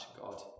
god